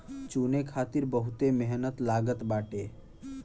चुने खातिर बहुते मेहनत लागत बाटे